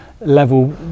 level